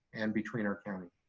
and between our county.